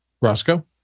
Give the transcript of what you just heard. Roscoe